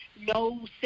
no